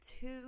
two